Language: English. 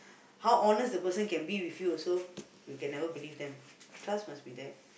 how honest the person can be with you also you can never believe them trust must be there